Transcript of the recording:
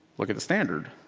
look at the standard.